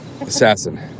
assassin